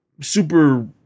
super